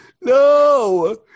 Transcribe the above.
no